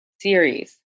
series